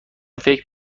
فکر